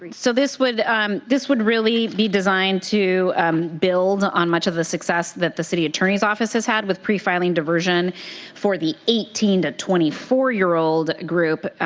so this would um this would really be designed to build on much of the success that the city attorney's office has had with prefiling diversion for the eighteen twenty four year olds group,